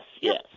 yes